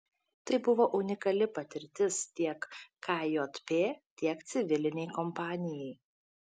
tai buvo unikali patirtis tiek kjp tiek civilinei kompanijai